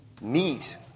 meet